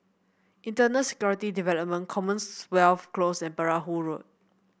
Internal Security Department Commonwealth Close and Perahu Road